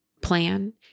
plan